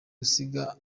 usiga